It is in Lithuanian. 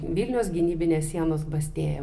vilniaus gynybinės sienos bastėja